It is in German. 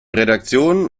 redaktion